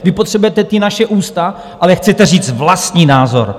Vy potřebujete ta naše ústa, ale chcete říct vlastní názor.